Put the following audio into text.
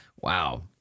Wow